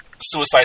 Suicide